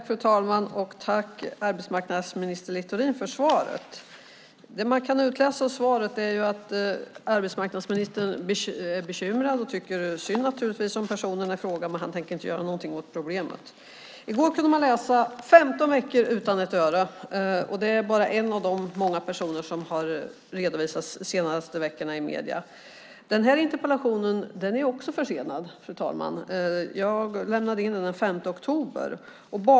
Fru talman! Jag tackar arbetsmarknadsminister Sven Otto Littorin för svaret. Det man kan utläsa av svaret är att arbetsmarknadsministern är bekymrad och naturligtvis tycker synd om personerna i fråga, men han tänker inte göra något åt problemet. I går kunde man läsa "Femton veckor - utan ett öre". Det handlar bara om en av de många personer som har redovisats de senaste veckorna i medierna. Det här interpellationssvaret är försenat, fru talman. Jag lämnade in interpellationen den 9 oktober.